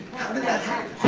how did that happen?